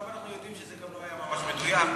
עכשיו אנחנו יודעים שזה גם לא היה ממש מדויק.